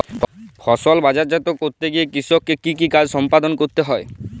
ফসল বাজারজাত করতে গিয়ে কৃষককে কি কি কাজ সম্পাদন করতে হয়?